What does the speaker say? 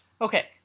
Okay